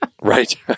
Right